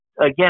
Again